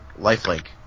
lifelink